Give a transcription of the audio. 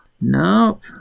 Nope